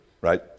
right